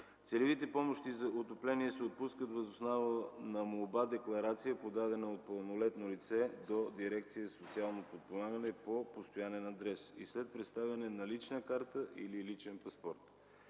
Целевите помощи за отопление се отпускат въз основа на молба-декларация, подадена от пълнолетно лице до дирекция „Социално подпомагане” по постоянен адрес, след представяне на лична карта или личен паспорт.